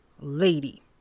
lady